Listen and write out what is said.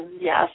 yes